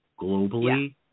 globally